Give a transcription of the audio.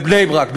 בבני-ברק,